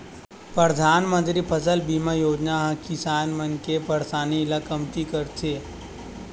परधानमंतरी फसल बीमा योजना ह किसान मन के परसानी ल कमती करथे